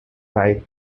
five